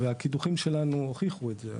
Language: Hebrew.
והקידוחים שלנו הוכיחו את זה.